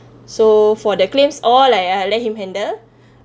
so for the claims all like uh let him handle